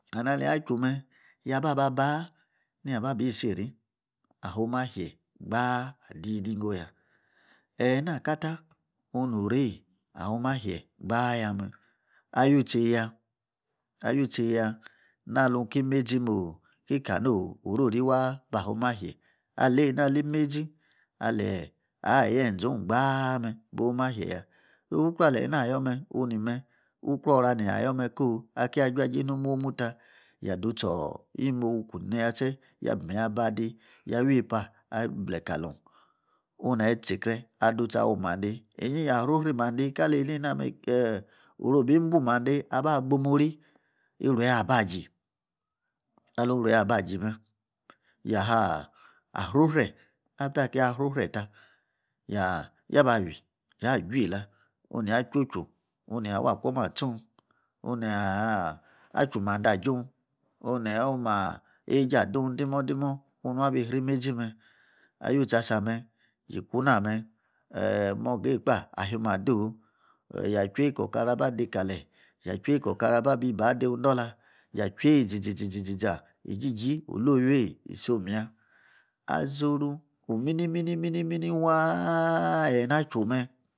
And aleyi achu me yaba ba baa ne yi a ba biii siri aho ma hie gbaa adii ningo yaa. Eyi na kata owu no reiyi ayom ashie gba ya me. Awutchei ya awu tcheiya ha lung ki meizi noo kanoo orori waa ba hom asie a lei na ali imeizi a leyi a' yen zo gba me boma she ya. ukruor ale na yoor me oni me ukruor ora ne na yoor me. Aki ya jua jei no muomu ta ya du choor ya wu mowu aba dei ya wi yei pa ible dei ka a lung oonu neyi srike a chi awi mande inyi ya srosri mande ka li einei na me kee oru obii bun mande abu gbu muri irue abaji alung irue ya buji me yaa sro sre after akiya srosre ta ya ba wii yaa jue la onia chuo chu onu nia wakom aba chun onu niaa a chu mandei ajung onu ne yi ayoma weijee adung dimo dimo onu abi sri mezi me A yutsi asame yi kuna me mogei kpa ayo ma doo yaa chei koo okara ba de ka leyi yaa chei koor okara ba biyi ba de wun dorla ya cheiyi izizi ziza ijiji okung lei wie isom ya. Asoru omi nimi mini mini waa eyi na chu me